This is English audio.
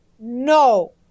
No